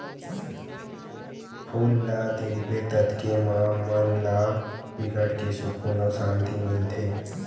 फूल ल देखबे ततके म मन ला बिकट के सुकुन अउ सांति मिलथे